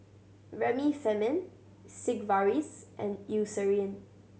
Remifemin Sigvaris and Eucerin